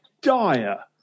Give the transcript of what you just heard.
dire